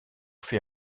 fait